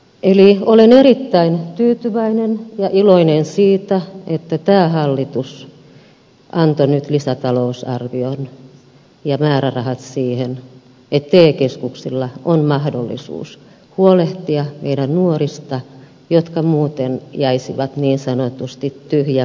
eli olen erittäin tyytyväinen ja iloinen siitä että tämä hallitus antoi nyt lisätalousarvion ja määrärahat siihen että te keskuksilla on mahdollisuus huolehtia meidän nuorista jotka muuten jäisivät niin sanotusti tyhjän päälle